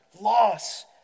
loss